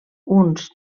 uns